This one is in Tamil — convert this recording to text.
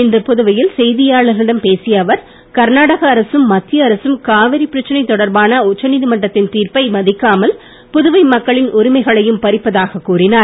இன்று புதுவையில் செய்தியாளர் களிடம் பேசிய அவர் கர்நாடக அரசும் மத்திய அரசும் காவிரி பிரச்சனை தொடர்பான உச்ச நீதிமன்றத்தின் தீர்ப்பை மதிக்காமல் புதுவை மக்களின் உரிமைகளையும் பறிப்பதாகக் கூறினார்